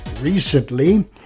Recently